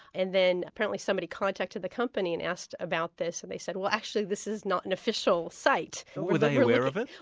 and then apparently somebody contacted the company and asked about this, so and they said, well actually, this is not an official site. were they aware of it?